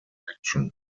action